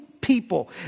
people